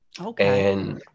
Okay